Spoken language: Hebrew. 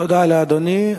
תודה לאדוני.